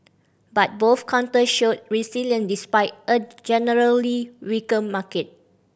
but both counters showed resilience despite a generally weaker market